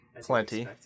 Plenty